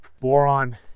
Boron